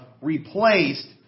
replaced